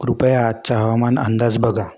कृपया आजचा हवामान अंदाज बघा